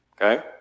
Okay